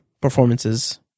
performances